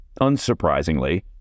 unsurprisingly